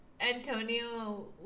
Antonio